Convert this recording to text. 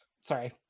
sorry